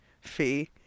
Fee